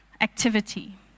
activity